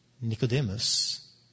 Nicodemus